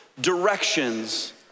directions